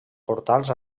portals